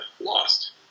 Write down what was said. lost